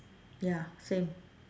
ya same